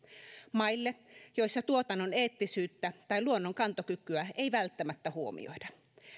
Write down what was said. maille joissa tuotannon eettisyyttä tai luonnon kantokykyä ei välttämättä huomioida